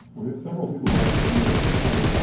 we have several people who aren't here. ah shall we